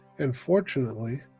and fortunately,